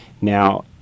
now